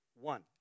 One